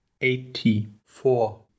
eighty-four